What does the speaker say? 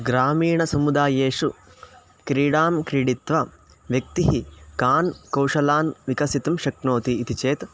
ग्रामीणसमुदायेषु क्रीडां क्रीडित्वा व्यक्तिः कान् कौशलान् विकसितुं शक्नोति इति चेत्